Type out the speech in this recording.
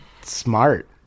smart